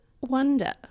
wonder